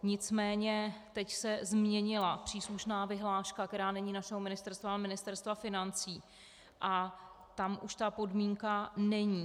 Nicméně teď se změnila příslušná vyhláška, která není našeho ministerstva, ale Ministerstva financí, a tam už ta podmínka není.